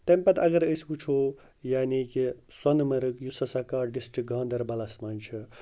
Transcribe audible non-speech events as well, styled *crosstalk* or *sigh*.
تَمہِ پَتہٕ اگرَے أسۍ وٕچھو یعنی کہِ سۄنہٕ مرٕگ یُس ہَسا *unintelligible* ڈِسٹِرٛک گاندَربَلَس مَنٛز چھِ